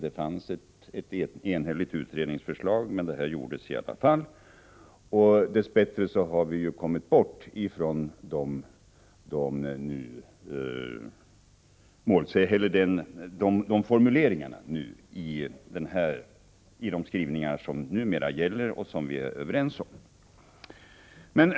Det fanns ett enhälligt utredningsförslag, men detta tillägg gjordes i alla fall. Dess bättre har vi nu kommit bort från de formuleringarna genom de skrivningar som nu gäller och som vi är överens om.